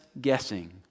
guessing